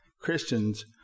Christians